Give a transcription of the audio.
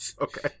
okay